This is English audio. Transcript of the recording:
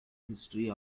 history